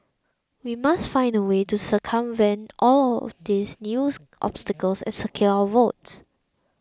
we must find a way to circumvent all these news obstacles and secure our votes